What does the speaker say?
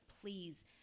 please